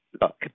look